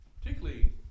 particularly